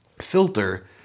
filter